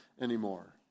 anymore